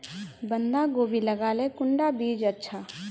बंधाकोबी लगाले कुंडा बीज अच्छा?